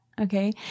Okay